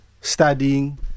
studying